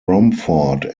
romford